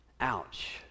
Ouch